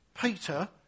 Peter